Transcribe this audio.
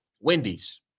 Wendy's